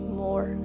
more